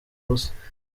busa